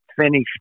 finish